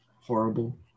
horrible